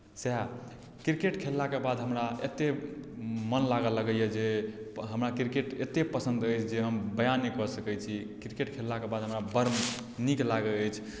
सएह क्रिकेट खेललाके बाद हमरा एतेक मन लागऽ लागल यए जे हमरा क्रिकेट एतेक पसन्द अछि जे हम बयान नहि कऽ सकैत छी क्रिकेट खेललाके बाद हमरा बड़ नीक लागैत अछि